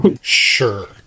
Sure